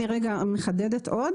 אני מחדדת עוד